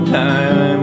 time